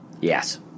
Yes